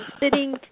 sitting